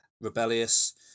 rebellious